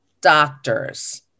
doctors